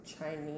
Chinese